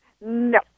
No